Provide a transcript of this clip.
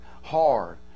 hard